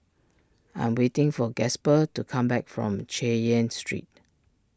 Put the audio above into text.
I am waiting for Gasper to come back from Chay Yan Street